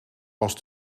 was